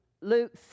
Luke